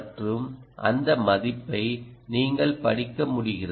மற்றும் அந்த மதிப்பை நீங்கள் படிக்க முடிகிறது